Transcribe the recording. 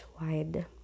wide